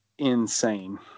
insane